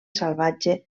salvatge